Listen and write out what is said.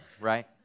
right